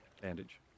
bandage